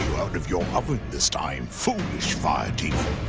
out of your oven this time, foolish fire demon!